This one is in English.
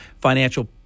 financial